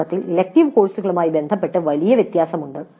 വാസ്തവത്തിൽ ഇലക്ടീവ് കോഴ്സുകളുമായി ബന്ധപ്പെട്ട് വലിയ വ്യത്യാസമുണ്ട്